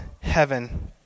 heaven